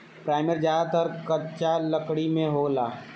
primer ज्यादातर कच्चा लकड़ी में लागेला